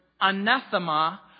anathema